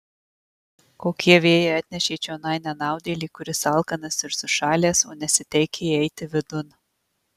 kokie vėjai atnešė čionai nenaudėlį kuris alkanas ir sušalęs o nesiteikia įeiti vidun